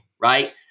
right